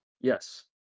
Yes